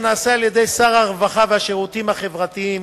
שנעשה על-ידי שר הרווחה והשירותים החברתיים,